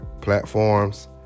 platforms